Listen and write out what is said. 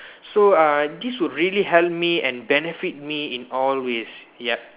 so uh this will really help me and benefit me in all ways yup